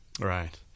Right